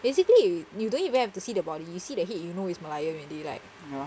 basically you you don't even have to see the body you see the head you know is merlion already like